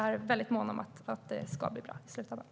Jag är mån om att det ska bli bra i slutändan.